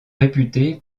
réputé